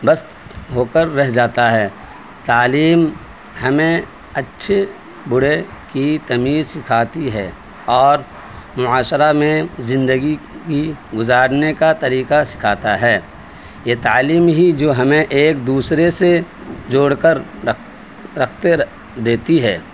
بس ہو کر رہ جاتا ہے تعلیم ہمیں اچھے برے کی تمیز سکھاتی ہے اور معاشرہ میں زندگی کی گزارنے کا طریقہ سکھاتا ہے یہ تعلیم ہی جو ہمیں ایک دوسرے سے جوڑ کر دیتی ہے